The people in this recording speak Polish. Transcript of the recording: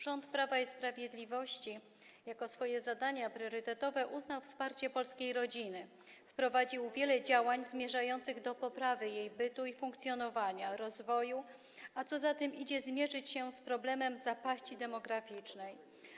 Rząd Prawa i Sprawiedliwości uznał za swoje priorytetowe zadanie wsparcie polskiej rodziny, wprowadził wiele działań zmierzających do poprawy jej bytu i funkcjonowania, rozwoju, a co za tym idzie, do zmierzenia się z problemem zapaści demograficznej.